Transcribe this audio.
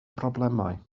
problemau